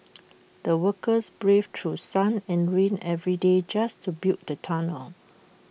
the workers braved through sun and rain every day just to build the tunnel